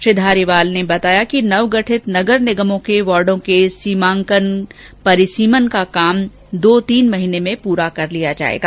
श्री धारीवाल ने कहा कि नवगठित नगर निगमों के वार्डो के सीमांकन परिसीमन का काम दो तीन महीने में पूरा कर लिया जाएगा